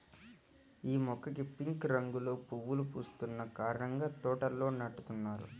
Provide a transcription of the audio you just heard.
యీ మొక్కకి పింక్ రంగులో పువ్వులు పూస్తున్న కారణంగా తోటల్లో నాటుతున్నారు